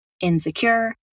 insecure